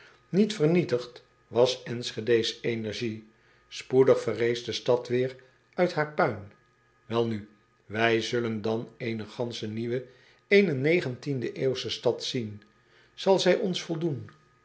iet vernietigd was nschede s energie poedig verrees de stad weêr uit haar puin elnu wij zullen dan eene gansch nieuwe eene negentiende-eeuwsche stad zien al zij ons voldoen